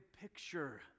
picture